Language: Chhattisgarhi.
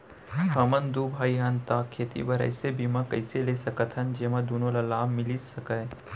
हमन दू भाई हन ता खेती बर ऐसे बीमा कइसे ले सकत हन जेमा दूनो ला लाभ मिलिस सकए?